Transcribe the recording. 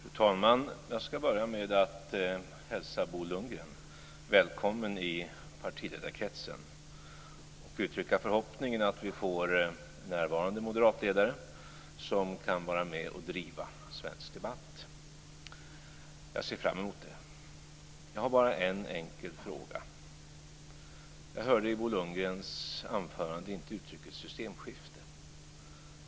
Fru talman! Jag ska börja med att hälsa Bo Lundgren välkommen i partiledarkretsen och uttrycka förhoppningen att vi får en närvarande moderatledare som kan vara med och driva svensk debatt. Jag ser fram emot det. Jag har bara en enkel fråga. Jag hörde i Bo Lundgrens anförande inte uttrycket systemskifte.